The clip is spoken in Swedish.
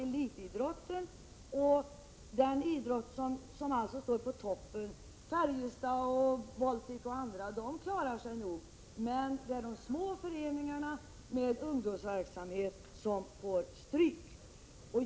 Elitidrotten och klubbarna i den absoluta toppen — Färjestad, Boltic och andra — klarar sig nog. Men det är de små föreningarna med ungdomsverksamhet som tar stryk.